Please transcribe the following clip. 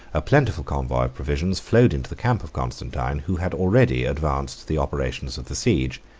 a plentiful convoy of provisions flowed into the camp of constantine, who had already advanced the operations of the siege.